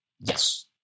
Yes